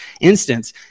instance